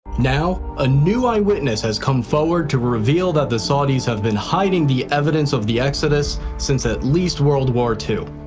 now, a new eyewitness has come forward to reveal that the saudis have been hiding the evidence of the exodus since at least world war ii.